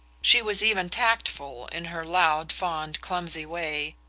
she was even tactful in her loud fond clumsy way,